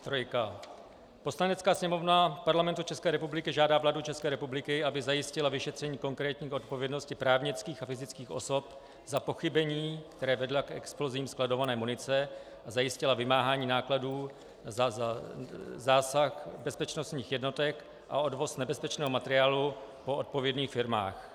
Trojka: Poslanecká sněmovna Parlamentu České republiky žádá vládu České republiky, aby zajistila vyšetření konkrétní odpovědnosti právnických a fyzických osob za pochybení, která vedla k explozím skladované munice, a zajistila vymáhání nákladů za zásah bezpečnostních jednotek a odvoz nebezpečného materiálu po odpovědných firmách.